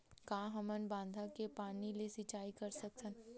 का हमन बांधा के पानी ले सिंचाई कर सकथन?